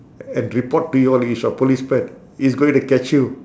and report to you all he's a policeman he's going to catch you